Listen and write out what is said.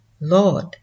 Lord